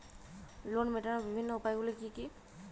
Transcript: Loan মেটানোর বিভিন্ন উপায়গুলি কী কী?